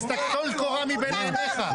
טול קורה מבין עיניך.